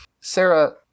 Sarah